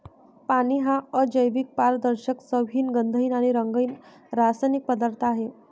पाणी हा अजैविक, पारदर्शक, चवहीन, गंधहीन आणि रंगहीन रासायनिक पदार्थ आहे